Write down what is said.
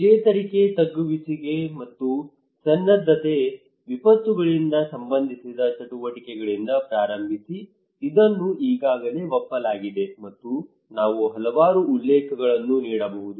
ಚೇತರಿಕೆ ತಗ್ಗಿಸುವಿಕೆ ಮತ್ತು ಸನ್ನದ್ಧತೆ ವಿಪತ್ತುಗಳಿಗೆ ಸಂಬಂಧಿಸಿದ ಚಟುವಟಿಕೆಗಳಿಂದ ಪ್ರಾರಂಭಿಸಿ ಇದನ್ನು ಈಗಾಗಲೇ ಒಪ್ಪಲಾಗಿದೆ ಮತ್ತು ನಾವು ಹಲವಾರು ಉಲ್ಲೇಖಗಳನ್ನು ನೀಡಬಹುದು